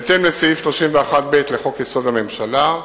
בהתאם לסעיף 31(ב) לחוק-יסוד: הממשלה,